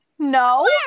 no